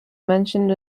mentioned